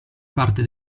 parte